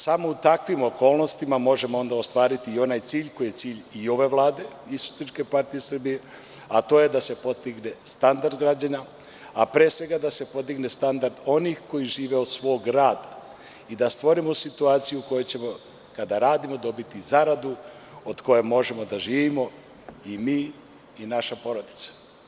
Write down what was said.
Samo u takvim okolnostima možemo ostvariti i onaj cilj, koji je cilj i ove Vlade i SPS a to je da se postigne standard građana, a pre svega da se podigne standard onih koji žive od svog rada i da stvorimo situaciju u kojoj ćemo, kada radimo dobiti zaradu od koje možemo da živimo i mi i naša porodica.